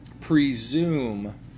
presume